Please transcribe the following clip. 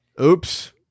Oops